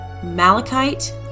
malachite